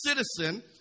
citizen